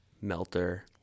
melter